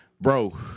Bro